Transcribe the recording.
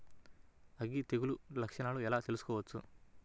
అగ్గి తెగులు లక్షణాలను ఎలా తెలుసుకోవచ్చు?